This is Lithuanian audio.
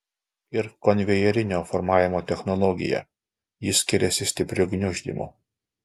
ir konvejerinio formavimo technologija ji skiriasi stipriu gniuždymu